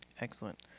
Excellent